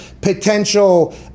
potential